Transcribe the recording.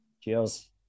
cheers